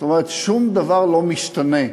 זאת אומרת, שום דבר לא משתנה,